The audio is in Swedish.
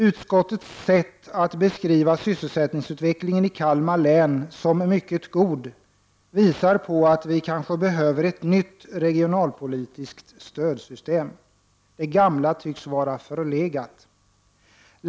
Utskottets sätt att beskriva sysselsättningsutvecklingen i Kalmar län som mycket god, visar på att vi kanske behöver ett nytt regionalpolitiskt stödsystem. Det gamla tycks vara förlegat.